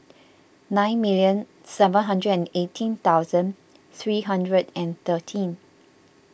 nine million seven hundred and eighteen thousand three hundred and thirteen